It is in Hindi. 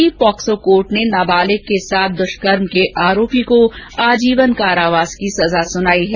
दौसा की पॉक्सो कोर्ट ने नाबालिग के साथ द्ष्कर्म के आरोपी को आजीवन कारावास की सजा सुनाई है